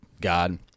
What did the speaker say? God